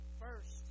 first